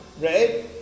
Right